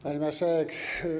Pani Marszałek!